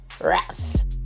Rats